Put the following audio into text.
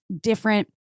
different